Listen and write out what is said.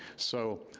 so,